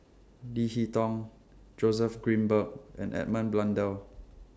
Leo Hee Tong Joseph Grimberg and Edmund Blundell